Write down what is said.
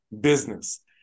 business